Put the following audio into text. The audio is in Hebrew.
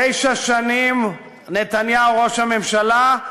תשע שנים נתניהו ראש הממשלה,